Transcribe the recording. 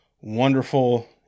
wonderful